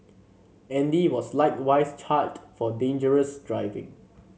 Andy was likewise charged for dangerous driving